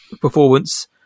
performance